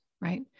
right